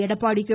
Edappadi K